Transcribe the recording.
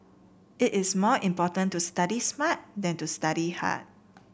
it is more important to study smart than to study hard